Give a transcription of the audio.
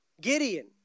Gideon